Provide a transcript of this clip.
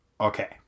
okay